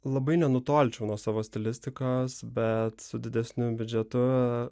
labai nenutolčiau nuo savo stilistikos bet su didesniu biudžetu